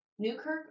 Newkirk